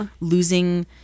losing